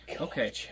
Okay